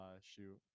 shoot